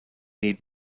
need